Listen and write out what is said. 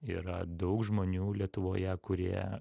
yra daug žmonių lietuvoje kurie